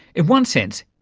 in one sense,